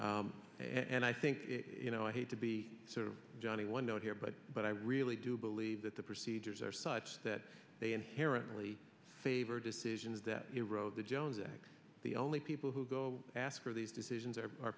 c and i think you know i hate to be sort of johnny one note here but but i really do believe that the procedures are such that they inherently favor decisions that erode the jones act the only people who go to ask for these decisions there are